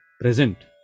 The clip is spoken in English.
present